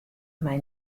mei